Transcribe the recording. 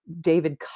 David